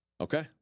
okay